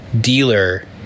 dealer